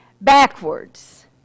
backwards